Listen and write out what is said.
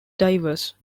diverse